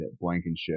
Blankenship